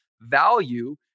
value